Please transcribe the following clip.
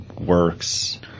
works